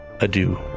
adieu